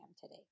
today